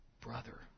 Brother